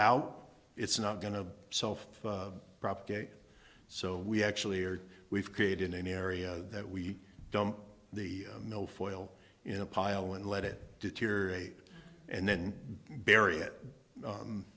out it's not going to self propagate so we actually are we've created an area that we dump the milfoil in a pile and let it deteriorate and then